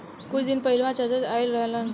कुछ दिन पहिलवा चाचा आइल रहन